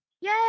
Yay